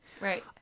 Right